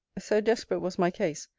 so desperate was my case,